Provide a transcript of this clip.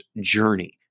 journey